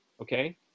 Okay